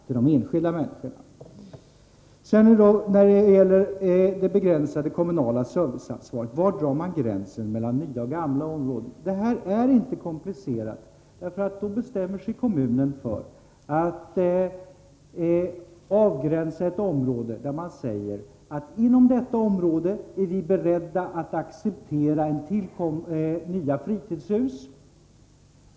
När det gäller det kommunala serviceansvaret pekade Magnus Persson på att det skulle bli svårigheter med att dra gränsen mellan nya och gamla områden. Men detta är inte någonting komplicerat. Kommunen kan bestämma sig för att avgränsa ett visst område och ange att man inom detta område är beredd att acceptera nya fritidshus.